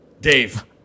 Dave